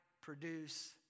produce